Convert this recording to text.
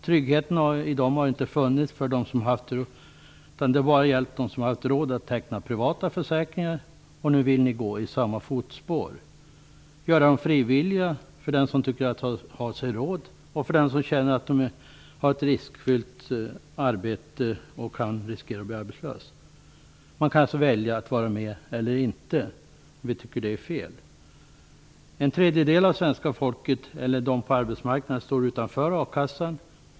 Tryggheten har bara gällt dem som har haft råd att teckna privata försäkringar. Nu vill ni gå i samma fotspår och göra försäkringen frivillig. De som tycker sig ha råd och som känner att de har ett riskfyllt arbete och riskerar att bli arbetslösa kan gå med. Man kan alltså välja att vara med eller inte, och vi tycker att det är fel. En tredjedel av dem på arbetsmarknaden står utanför a-kassan.